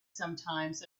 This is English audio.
sometimes